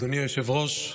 באחד ממלונות ירושלים.